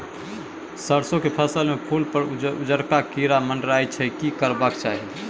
सरसो के फसल में फूल पर उजरका कीरा मंडराय छै की करबाक चाही?